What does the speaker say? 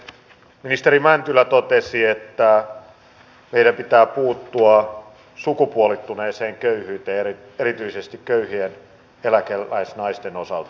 ministeri mäntylä totesi että meidän pitää puuttua sukupuolittuneeseen köyhyyteen erityisesti köyhien eläkeläisnaisten osalta